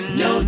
no